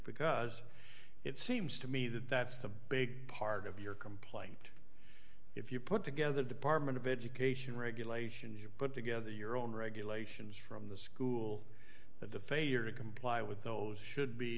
because it seems to me that that's the big part of your complaint if you put together the department of education regulations put together your own regulations from the school the defamer to comply with those should be